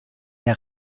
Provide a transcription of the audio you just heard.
der